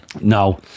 No